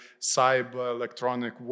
cyber-electronic